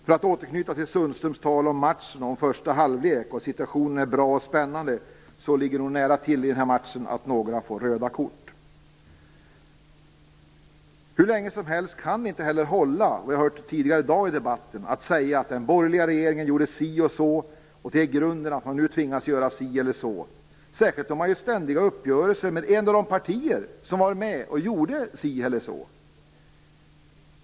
För att återknyta till Sundströms tal om matchen, "första halvlek" och att situationen är "bra och spännande" ligger det nog nära till att några får röda kort. Hur länge som helst kan det inte heller hålla - vi har hört det i debatten tidigare i dag - att säga att den borgerliga regeringen gjorde si eller så och att det är grunden till att man nu tvingas göra si eller så, särskilt då man ständigt gör uppgörelser med ett av de partier som just gjorde "si eller så".